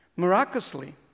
Miraculously